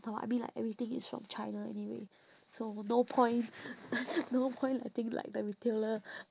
taobao I mean like everything is from china anyway so no point no point letting like the retailer